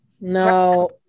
No